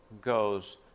goes